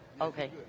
Okay